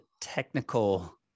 technical